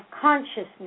consciousness